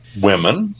women